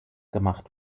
gemacht